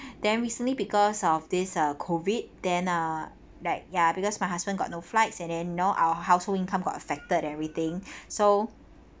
then recently because of this uh COVID then uh like ya because my husband got no flights and then you know our household income got affected and everything so